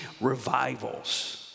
revivals